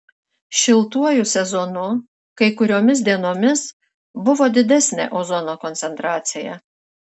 šiltuoju sezonu kai kuriomis dienomis buvo didesnė ozono koncentracija